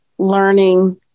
learning